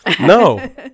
no